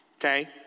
okay